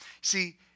See